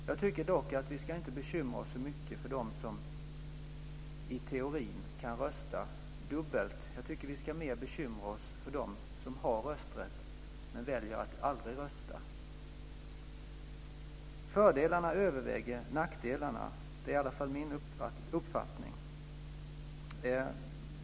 Jag tycker dock inte att vi ska bekymra oss så mycket för dem som i teorin kan rösta dubbelt. Jag tycker att vi mer ska bekymra oss för dem som har rösträtt men väljer att aldrig rösta. Fördelarna överväger nackdelarna - det är i alla fall min uppfattning.